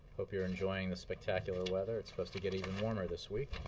hope you're enjoying the spectacular weather. it's supposed to get even warmer this week.